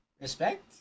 Respect